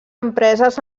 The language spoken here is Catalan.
empreses